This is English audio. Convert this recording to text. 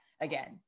again